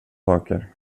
saker